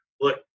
Look